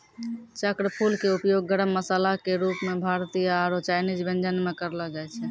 चक्रफूल के उपयोग गरम मसाला के रूप मॅ भारतीय आरो चायनीज व्यंजन म करलो जाय छै